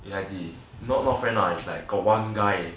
ya the not friend lah is like got one guy